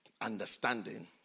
Understanding